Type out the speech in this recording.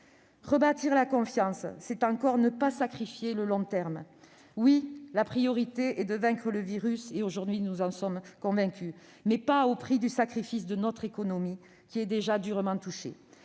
Rebâtir la confiance, c'est encore ne pas sacrifier le long terme. Oui, la priorité est de vaincre le virus- aujourd'hui, nous en sommes convaincus -, mais pas au prix du sacrifice de notre économie, qui est déjà durement touchée.